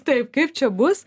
taip kaip čia bus